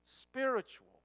spiritual